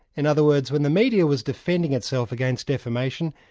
in other words, when the media was defending itself against defamation,